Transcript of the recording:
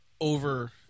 over